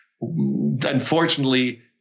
Unfortunately